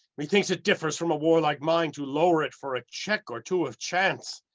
methinks it differs from a warlike mind to lower it for a check or two of chance.